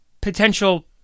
potential